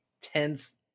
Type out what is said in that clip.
tense